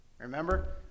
Remember